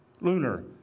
lunar